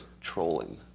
trolling